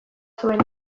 zuen